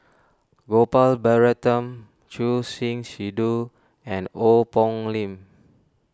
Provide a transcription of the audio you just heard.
Gopal Baratham Choor Singh Sidhu and Ong Poh Lim